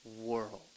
world